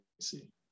see